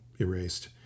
erased